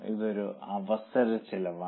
ഇത് ഒരു അവസര ചെലവാണ്